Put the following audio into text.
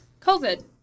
COVID